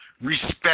respect